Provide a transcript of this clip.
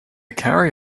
carry